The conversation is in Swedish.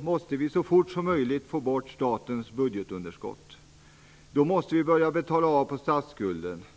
måste vi så fort som möjligt få bort statens budgetunderskott. Vi måste börja betala av på statsskulden.